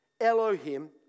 Elohim